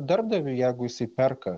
darbdaviui jeigu jisai perka